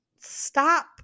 Stop